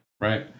right